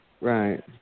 right